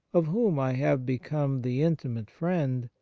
of whom i have become the intimate friend,